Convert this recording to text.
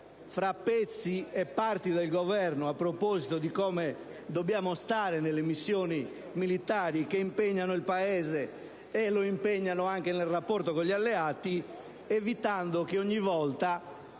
fra pezzi e parti del Governo il modo in cui dobbiamo stare nelle missioni militari che impegnano il Paese anche nel rapporto con gli alleati, evitando che volta